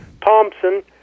Thompson